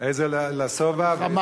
איזו לשובע ואיזו לשלום.